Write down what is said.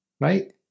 right